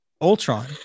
ultron